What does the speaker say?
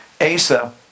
Asa